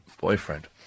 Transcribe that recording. boyfriend